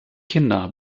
kinder